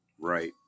Right